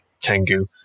Tengu